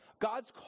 God's